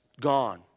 gone